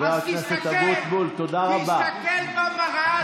אז תסתכל, תסתכל במראה שדיברת עליה.